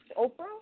Oprah